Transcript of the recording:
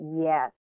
Yes